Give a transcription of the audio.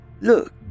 Look